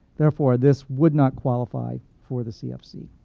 therefore, this would not qualify for the cfc.